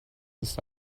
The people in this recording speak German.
ist